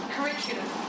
Curriculum